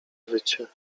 wycie